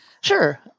Sure